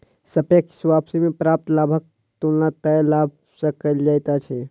सापेक्ष वापसी में प्राप्त लाभक तुलना तय लाभ सॅ कएल जाइत अछि